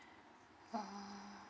uh